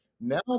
Now